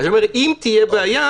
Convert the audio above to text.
אני אומר שאם תהיה בעיה,